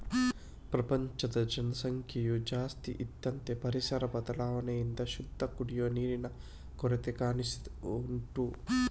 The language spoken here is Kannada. ಪ್ರಪಂಚದ ಜನಸಂಖ್ಯೆಯು ಜಾಸ್ತಿ ಆದಂತೆ ಪರಿಸರ ಬದಲಾವಣೆಯಿಂದ ಶುದ್ಧ ಕುಡಿಯುವ ನೀರಿನ ಕೊರತೆ ಕಾಣಿಸ್ತಾ ಉಂಟು